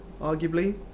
arguably